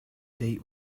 date